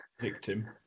Victim